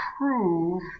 prove